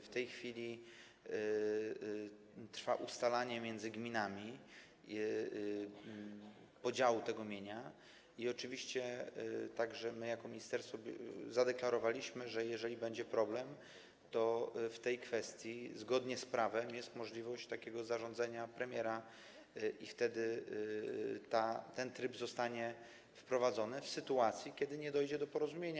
W tej chwili trwa ustalanie między gminami podziału tego mienia i oczywiście także my jako ministerstwo zadeklarowaliśmy, że jeżeli będzie problem, to w tej kwestii, zgodnie z prawem, jest możliwość wydania takiego zarządzenia premiera i wtedy ten tryb zostanie wprowadzony, w sytuacji kiedy nie dojdzie do porozumienia.